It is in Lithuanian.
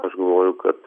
aš galvoju kad